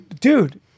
dude